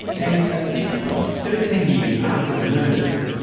and at this point, thirteen years after the murders,